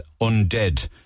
undead